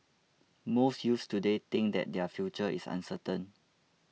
most youths today think that their future is uncertain